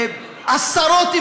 עשרות,